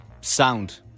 sound